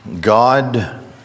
God